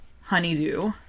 honeydew